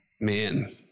Man